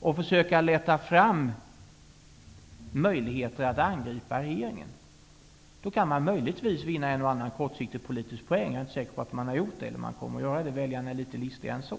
och försöka leta fram möjligheter att angripa regeringen kan man kanske vinna en och annan kortsiktig politisk poäng -- jag är inte säker på att man gör det, eftersom väljarna är litet listigare än så